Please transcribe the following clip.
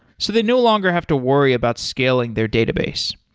so they no longer have to worry about scaling their database.